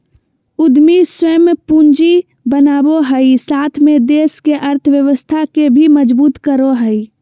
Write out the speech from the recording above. उद्यमी स्वयं पूंजी बनावो हइ साथ में देश के अर्थव्यवस्था के भी मजबूत करो हइ